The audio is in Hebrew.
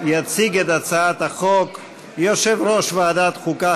יציג את הצעת החוק יושב-ראש ועדת החוקה,